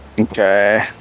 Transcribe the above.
okay